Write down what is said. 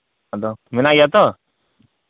ᱟᱫᱚ ᱢᱮᱱᱟᱭ ᱜᱮᱭᱟ ᱛᱚ